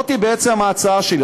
זאת ההצעה שלי.